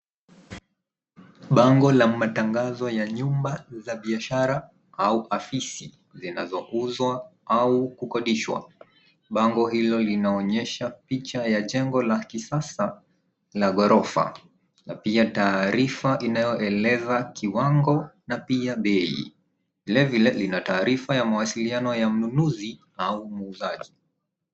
Bango la matangazo ya nyuma ya biashara au afisi zinazouzwa au kukodishwa. Bango hilo linaonyesha picha ya jengo la kisasa la ghorofa ya taarifa inayoeleza kiwango na pia bei. Vile vile ina taarifa ya mawasiliano ya mnunuzi ama muuzaji.